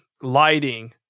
lighting